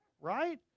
right